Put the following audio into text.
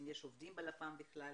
האם יש עובדים בלפ"מ בכלל.